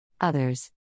Others